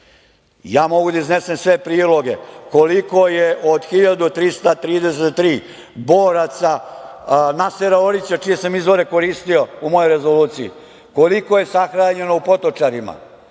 ja da iznesem sve priloge koliko je od 1.333 boraca Nasera Orića, čije sam izvore koristio u mojoj rezoluciji, koliko je sahranjeno u Potočarima